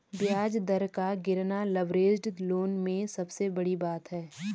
ब्याज दर का गिरना लवरेज्ड लोन में सबसे बड़ी बात है